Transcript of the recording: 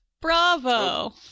Bravo